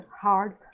hard